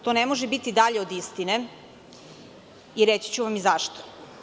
To ne može biti dalje od istine i reći ću vam zašto.